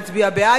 אצביע בעד,